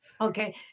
Okay